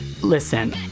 Listen